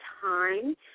time